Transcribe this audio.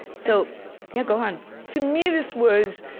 so yeah, go on to me, this was